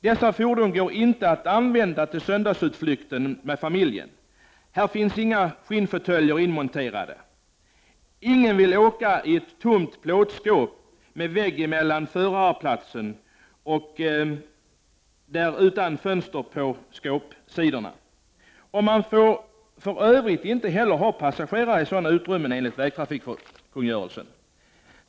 Det går inte att använda dessa fordon till söndagsutflykten med familjen. Inga skinnfåtöljer är inmonterade. Ingen vill väl åka i ett tomt plåtskåp med vägg mellan förarplatsen och övrigt utrymme. Dessutom saknas fönster på skåpsidorna. För övrigt får det inte finnas passagerare i sådana utrymmen enligt vägtrafikkungörelsen.